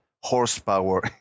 horsepower